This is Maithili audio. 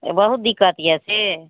बहुत दिक्कत यै से